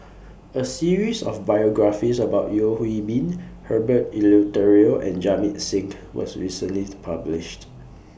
A series of biographies about Yeo Hwee Bin Herbert Eleuterio and Jamit Singh was recently published